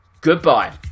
goodbye